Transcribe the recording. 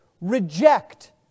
reject